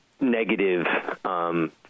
negative